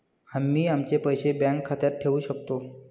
आम्ही आमचे पैसे बँक खात्यात ठेवू शकतो